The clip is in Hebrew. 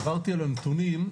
עברתי על הנתונים,